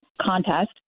contest